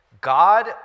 God